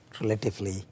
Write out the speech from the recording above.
relatively